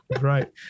Right